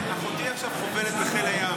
אחותי עכשיו חובלת בחיל הים.